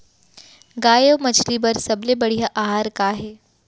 गाय अऊ मछली बर सबले बढ़िया आहार का हे?